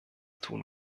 tun